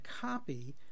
copy